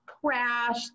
crash